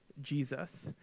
Jesus